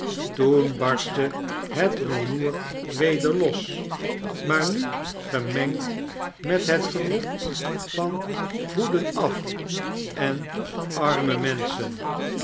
toen barstte het rumoer weder los maar nu gemengd met het geroep van hoeden af en arme menschen